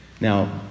Now